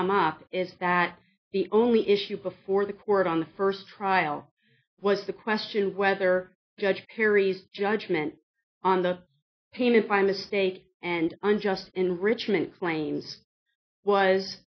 come up is that the only issue before the court on the first trial was the question whether judge perry's judgement on the painted by mistake and unjust enrichment claims was